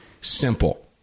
simple